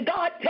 God